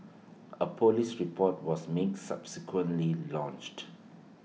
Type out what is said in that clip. A Police report was mean subsequently lodged